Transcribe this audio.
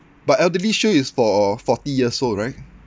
but elderly shield is for forty years old right